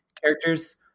characters